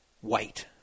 white